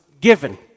given